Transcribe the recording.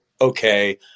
okay